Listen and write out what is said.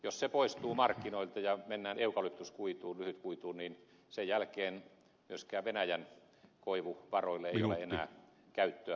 jos se poistuu markkinoilta ja mennään eukalyptuskuituun lyhytkuituun niin sen jälkeen myöskään venäjän koivuvaroille ei ole enää käyttöä maailmanmarkkinoilla